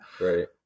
Right